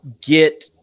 get